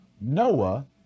Noah